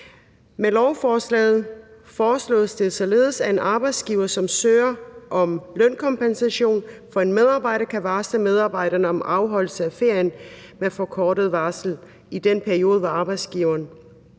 Med lovforslaget foreslås det således, at en arbejdsgiver, som søger om lønkompensation for en medarbejder, kan varsle medarbejderen om afholdelse af ferien med forkortet varsel i den periode, hvor arbejdsgiveren